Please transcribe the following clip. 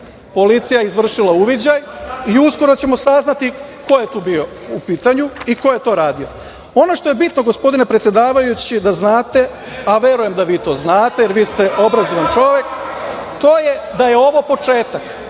Policija je izvršila uviđaj i uskoro ćemo saznati ko je tu bio u pitanju i ko je to radio. Ono što je bitno, gospodine predsedavajući, da znate, a verujem da vi to znate jer vi ste obrazovan čovek, to je da je ovo početak,